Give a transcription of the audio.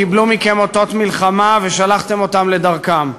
קיבלו מכם אותות מלחמה ושלחתם אותם לדרכם,